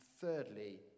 thirdly